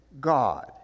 God